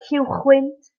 lluwchwynt